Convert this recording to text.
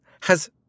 Has